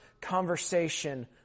conversation